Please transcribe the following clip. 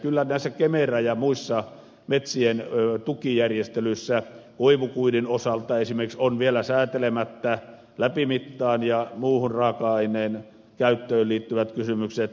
kyllä näissä kemera ja muissa metsien tukijärjestelyissä esimerkiksi koivukuidun osalta ovat vielä säätelemättä läpimittaan ja muuhun raaka aineen käyttöön liittyvät kysymykset